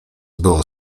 było